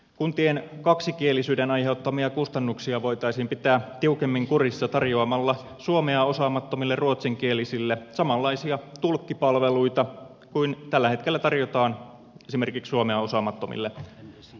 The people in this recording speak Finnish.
kuntien kaksikielisyyden aiheuttamia kustannuksia voitaisiin pitää tiukemmin kurissa tarjoamalla suomea osaamattomille ruotsinkielisille samanlaisia tulkkipalveluita kuin tällä hetkellä tarjotaan esimerkiksi suomea osaamattomille maahanmuuttajille